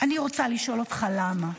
אני רוצה לשאול אותך: למה?